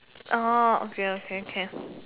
oh okay okay can